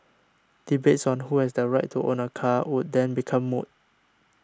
debates on who has the right to own a car would then become moot